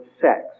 sex